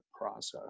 process